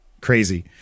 crazy